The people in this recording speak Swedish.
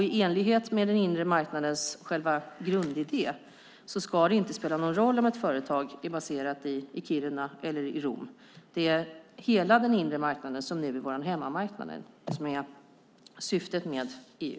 I enlighet med den inre marknadens grundidé ska det inte spela någon roll om ett företag är baserat i Kiruna eller i Rom. Att hela den inre marknaden nu är vår hemmamarknad är syftet med EU.